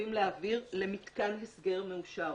חייבים להעביר למתקן הסגר מאושר.